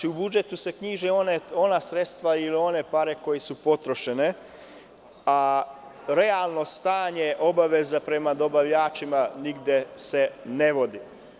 U budžetu se knjiže ona sredstva ili one pare koje su potrošene, a realno stanje obaveza prema dobavljačima nigde se ne vodi.